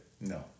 No